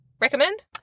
recommend